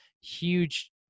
huge